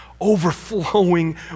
overflowing